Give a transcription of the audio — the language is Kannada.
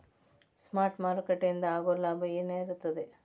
ಸ್ಪಾಟ್ ಮಾರುಕಟ್ಟೆಯಿಂದ ಆಗೋ ಲಾಭ ಏನಿರತ್ತ?